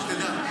רק שתדע.